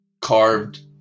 carved